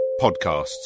podcasts